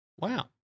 Wow